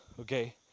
okay